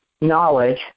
knowledge